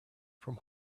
from